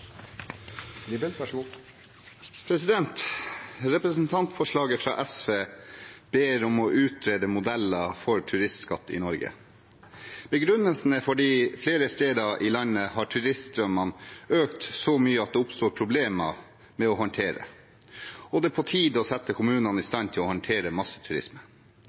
Representantforslaget fra SV ber om å utrede modeller for turistskatt i Norge. Begrunnelsen er at flere steder i landet har turiststrømmene økt så mye at det oppstår problemer med å håndtere det, og at det er på tide å sette kommunene i stand til å håndtere masseturisme.